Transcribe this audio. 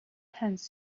hands